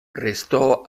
restò